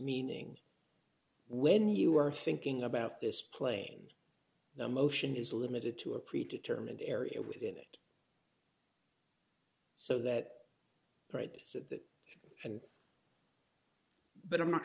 meaning when you are thinking about this plane the motion is limited to a pre determined area within it so that right is that and but i'm not